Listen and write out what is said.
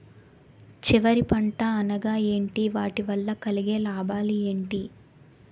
చివరి పంట అనగా ఏంటి వాటి వల్ల కలిగే లాభాలు ఏంటి